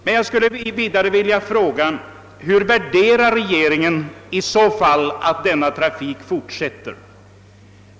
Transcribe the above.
Men jag skulle vidare vilja fråga: Vad anser regeringen i så fall om att denna trafik fortsätter?